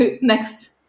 Next